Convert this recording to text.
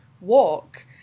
walk